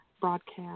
broadcast